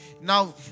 Now